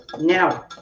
Now